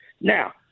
Now